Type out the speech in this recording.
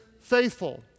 faithful